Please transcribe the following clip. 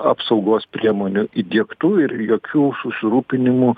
apsaugos priemonių įdiegtų ir jokių susirūpinimų